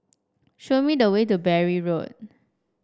show me the way to Bury Road